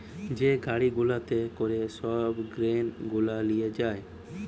যে গাড়ি গুলাতে করে সব গ্রেন গুলা লিয়ে যায়